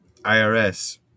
IRS